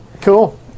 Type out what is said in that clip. Cool